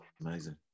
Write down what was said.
amazing